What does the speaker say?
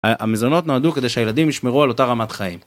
המזונות נועדו כדי שהילדים ישמרו על אותה רמת חיים.